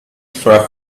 for